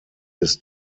des